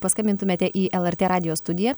paskambintumėte į lrt radijo studiją